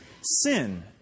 sin